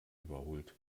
überholt